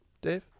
Dave